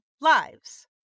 lives